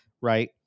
right